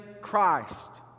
Christ